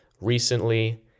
recently